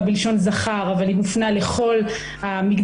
בלשון זכר אבל היא מופנית לכל המגדרים,